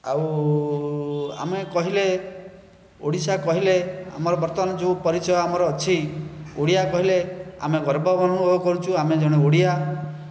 ଆଉ ଆମେ କହିଲେ ଓଡ଼ିଶା କହିଲେ ଆମର ବର୍ତ୍ତମାନ ଯେଉଁ ପରିଚୟ ଆମର ଅଛି ଓଡିଆ କହିଲେ ଆମେ ଗର୍ବ ଅନୁଭବ କରୁଛୁ ଆମେ ଜଣେ ଓଡିଆ